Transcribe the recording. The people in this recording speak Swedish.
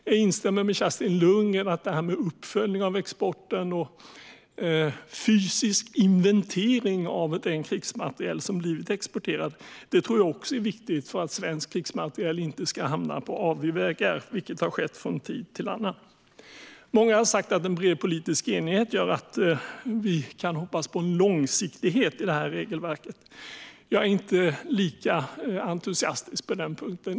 Jag instämmer med Kerstin Lundgren om att uppföljning av exporten och fysisk inventering av den krigsmateriel som har blivit exporterad är viktigt för att svensk krigsmateriel inte ska hamna på avvägar, vilket har skett från tid till annan. Många har sagt att en bred politisk enighet gör att vi kan hoppas på en långsiktighet i regelverket. Jag är inte lika entusiastisk på den punkten.